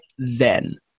Zen